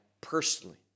personally